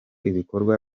ibikorwa